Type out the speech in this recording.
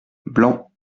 blanc